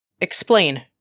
Explain